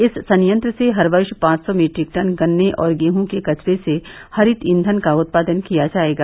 इस संयंत्र से हर वर्ष पांच सौ मीट्रिक टन गन्ने और गेहूं के कचरे से हरित ईंधन का उत्पादन किया जायेगा